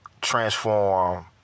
transform